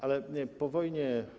Ale po wojnie.